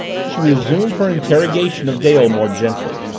she resumed her interrogation of dale more gently.